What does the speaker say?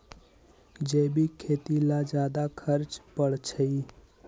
जैविक खेती ला ज्यादा खर्च पड़छई?